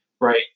right